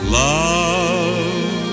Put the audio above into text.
love